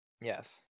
Yes